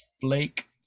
flake